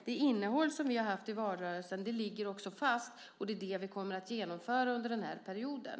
Det innehåll som vi hade i valrörelsen ligger fast, och det är det som vi kommer att genomföra under den här perioden.